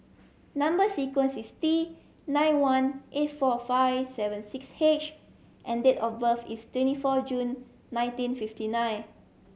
number sequence is T nine one eight four five seven six H and date of birth is twenty four June nineteen fifty nine